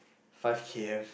five K_M